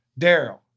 Daryl